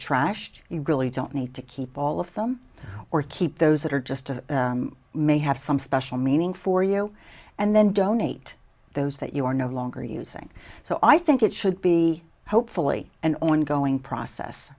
trashed you really don't need to keep all of them or keep those that are just may have some special meaning for you and then donate those that you are no longer using so i think it should be hopefully an ongoing process